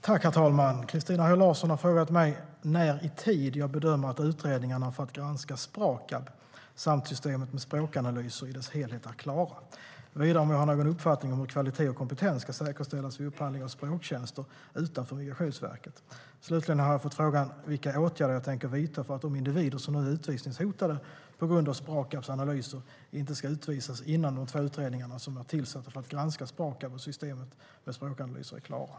Herr talman! Christina Höj Larsen har frågat mig när i tid jag bedömer att utredningarna för att granska Sprakab samt systemet med språkanalyser i dess helhet är klara. Vidare har hon frågat om jag har någon uppfattning om hur kvalitet och kompetens ska säkerställas vid upphandling av språktjänster utanför Migrationsverket. Slutligen har jag fått frågan vilka åtgärder jag tänker vidta för att de individer som nu är utvisningshotade på grund av Sprakabs analyser inte ska utvisas innan de två utredningarna som är tillsatta för att granska Sprakab och systemet med språkanalyser är klara.